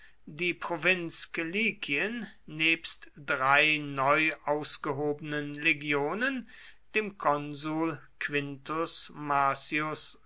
die provinz kilikien nebst drei neu ausgehobenen legionen dem konsul quintus marcius